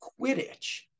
Quidditch